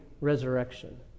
resurrection